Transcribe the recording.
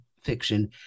fiction